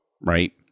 right